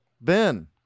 Ben